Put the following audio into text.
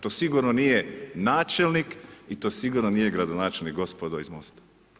To sigurno nije načelnik i to sigurno nije gradonačelnik, gospodo iz MOST-a.